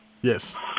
Yes